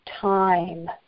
time